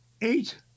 eight